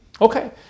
Okay